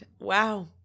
Wow